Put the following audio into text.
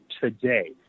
today